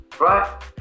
right